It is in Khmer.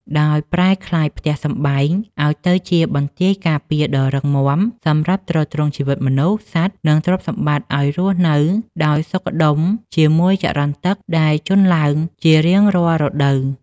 ដោយប្រែក្លាយផ្ទះសម្បែងឱ្យទៅជាបន្ទាយការពារដ៏រឹងមាំសម្រាប់ទ្រទ្រង់ជីវិតមនុស្ស សត្វ និងទ្រព្យសម្បត្តិឱ្យរស់នៅដោយសុខដុមជាមួយចរន្តទឹកដែលជន់ឡើងជារៀងរាល់រដូវវស្សា។